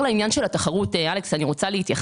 אני רוצה לומר